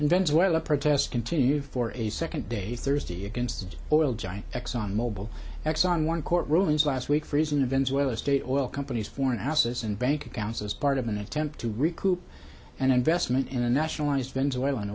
in venezuela protests continued for a second day thursday against oil giant exxon mobil exxon one court rulings last week freezing events where the state oil companies foreign houses and bank accounts as part of an attempt to recoup an investment in a nationalized venezuelan